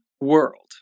world